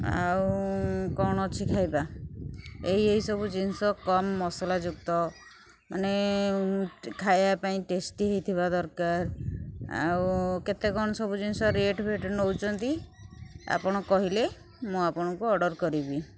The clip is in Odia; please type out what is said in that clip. ଆଉ କଣ ଅଛି ଖାଇବା ଏଇ ଏଇ ସବୁ ଜିନିଷ କମ୍ ମସଲା ଯୁକ୍ତ ମାନେ ଖାଇବା ପାଇଁ ଟେଷ୍ଟି ହେଇଥିବା ଦରକାର ଆଉ କେତେ କଣ ସବୁ ଜିନିଷ ରେଟ୍ଫେଟ୍ ନେଉଛନ୍ତି ଆପଣ କହିଲେ ମୁଁ ଆପଣଙ୍କୁ ଅର୍ଡ଼ର୍ କରିବି